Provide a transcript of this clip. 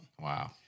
Wow